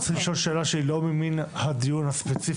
הייתי רוצה לשאול שאלה שהיא לא ממין הדיון הספציפי,